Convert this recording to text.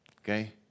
Okay